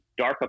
DARPA